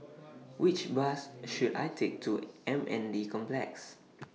Which Bus should I Take to M N D Complex